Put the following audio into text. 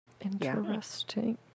Interesting